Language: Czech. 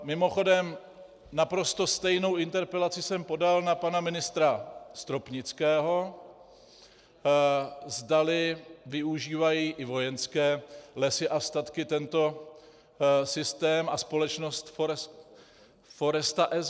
Mimochodem, naprosto stejnou interpelaci jsem podal na pana ministra Stropnického, zdali využívají i Vojenské lesy a statky tento systém a společnost Foresta SG.